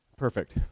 Perfect